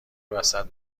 وسط